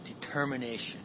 determination